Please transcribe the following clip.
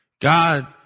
God